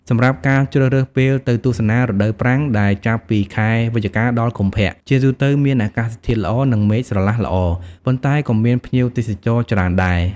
សម្រាប់ការ ជ្រើសរើសពេលទៅទស្សនា រដូវប្រាំង ដែលចាប់ពី ខែវិច្ឆិកា ដល់ កុម្ភៈ ជាទូទៅមានអាកាសធាតុល្អនិងមេឃស្រឡះល្អ ប៉ុន្តែក៏មានភ្ញៀវទេសចរច្រើនដែរ។